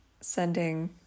sending